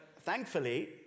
thankfully